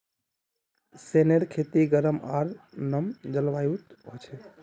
सोनेर खेती गरम आर नम जलवायुत ह छे